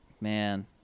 Man